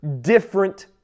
different